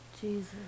Jesus